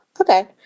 okay